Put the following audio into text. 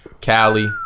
Cali